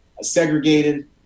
segregated